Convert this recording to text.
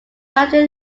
slightly